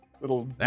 little